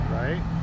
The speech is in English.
right